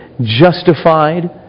justified